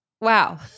Wow